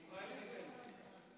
ישראל ביתנו,